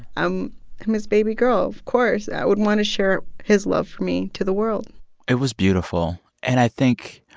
i'm his baby girl. of course, i would want to share his love for me to the world it was beautiful. and i think,